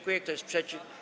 Kto jest przeciw?